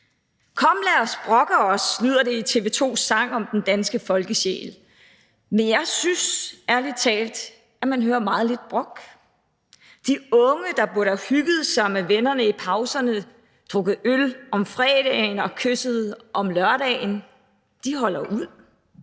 »Kom lad os brokke os«, lyder det i TV-2's sang om den danske folkesjæl. Men jeg synes ærlig talt, at man hører meget lidt brok. De unge, der burde have hygget sig med vennerne i pauserne, drukket øl om fredagen og kysset om lørdagen, holder ud.